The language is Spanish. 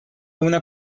una